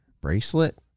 bracelet